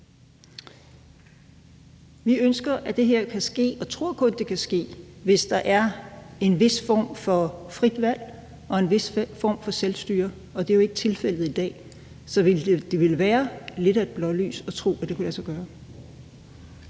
Vi ønsker, at det her kan ske, og tror kun, at det kan ske, hvis der er en vis form for frit valg og en vis form for selvstyre, og det er jo ikke tilfældet i dag. Så det ville være lidt af et blålys at tro, at det kunne lade sig gøre.